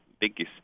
biggest